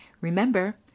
Remember